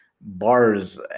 bars